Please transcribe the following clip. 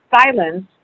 silence